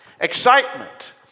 excitement